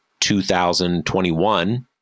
2021